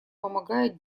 помогает